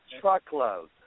Truckload